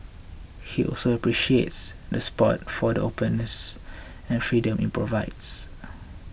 he also appreciates the spot for the openness and freedom it provides